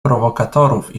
prowokatorów